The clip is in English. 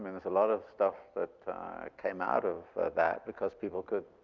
there's a lot of stuff that came out of that, because people could